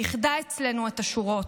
איחדה אצלנו את השורות.